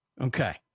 okay